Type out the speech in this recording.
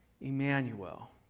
Emmanuel